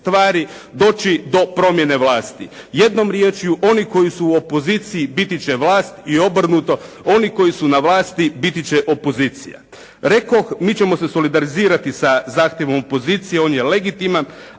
doći do promjene vlasti. Jednom riječju, oni koji su u opoziciji biti će vlast i obrnuto. Oni koji su na vlasti biti će opozicija. Rekoh, mi ćemo se solidarizirati sa zahtjevom opozicije, on je legitiman,